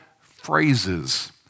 phrases